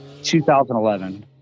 2011